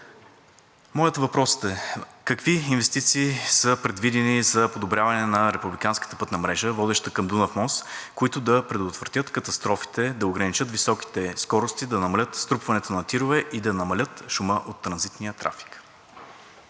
Моят въпрос е: какви инвестиции са предвидени за подобряване на републиканската пътна мрежа, водеща към Дунав мост, които да предотвратят катастрофите, да ограничат високите скорости, да намалят струпването на тирове и да намалят шума от транзитния трафик?